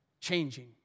changing